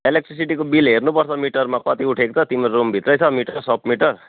इलेक्ट्रिसिटीको bill हेर्नुपर्छ मिटरमा कति उठेको छ तिम्रो रुमभित्रै छ मिटर सब मिटर